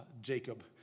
Jacob